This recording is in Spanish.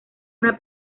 una